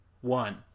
one